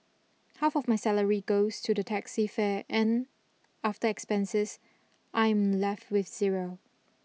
half of my salary goes to the taxi fare and after expenses I'm left with zero